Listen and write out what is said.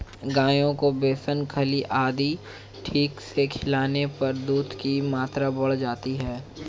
गायों को बेसन खल्ली आदि ठीक से खिलाने पर दूध की मात्रा बढ़ जाती है